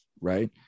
Right